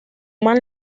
mal